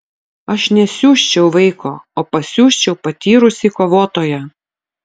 aš nesiųsčiau vaiko o pasiųsčiau patyrusį kovotoją